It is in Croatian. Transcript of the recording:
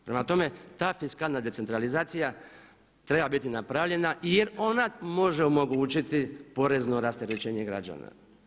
Prema tome, ta fiskalna decentralizacija treba biti napravljena jer ona može omogućiti porezno rasterećenje građana.